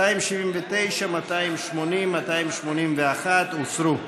279 281 הוסרו.